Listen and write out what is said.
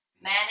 Man